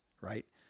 right